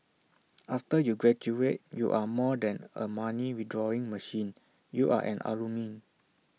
after you graduate you are more than A money withdrawing machine you are an alumni